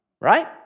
right